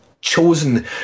Chosen